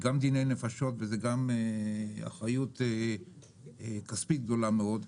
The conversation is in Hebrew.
זה גם דיני נפשות וזה גם אחריות כספית גדולה מאוד.